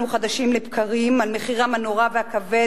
חדשים לבקרים על מחירם הנורא והכבד,